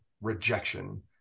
rejection